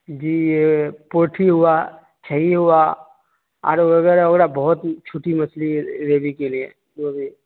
جی یہ پوٹھی ہوا چھئی ہوا اور وغیرہ وغیرہ بہت چھوٹی مچھلی گریوی کے لیے جو بھی